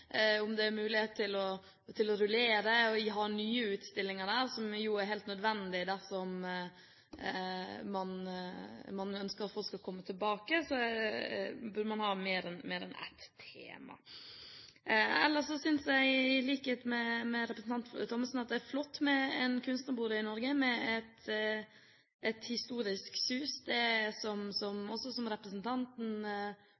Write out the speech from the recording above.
om det er mulighet til å rullere og ha nye utstillinger der, som jo er helt nødvendig dersom man ønsker at folk skal komme tilbake. Da burde man ha mer enn ett tema. Ellers synes jeg i likhet med representanten Thommessen at det er flott med en kunstnerbolig i Norge med et historisk sus. Det er også som